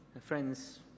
Friends